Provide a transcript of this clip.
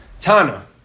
Tana